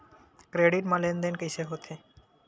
Credit मा लेन देन कइसे होथे?